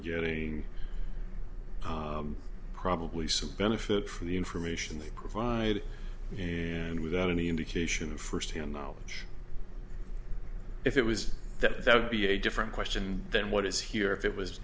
getting probably some benefit from the information they provide and without any indication first hand knowledge if it was that be a different question than what is here if it was